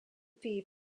fee